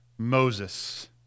Moses